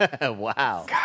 Wow